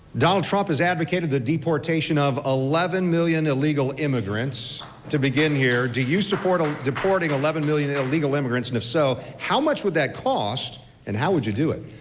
donald trump has advocated the deportation of eleven million illegal immigrants to begin here. do you support ah deporting eleven million illegal immigrants. and if so, how much would that cost and how would you do it?